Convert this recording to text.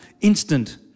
Instant